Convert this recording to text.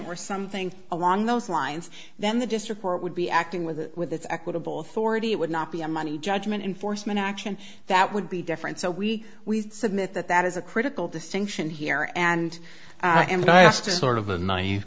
or something along those lines then the district court would be acting with with its equitable authority it would not be a money judgment enforcement action that would be different so we we submit that that is a critical distinction here and i and i asked a sort of a naive